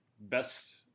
best